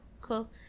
cool